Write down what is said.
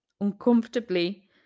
uncomfortably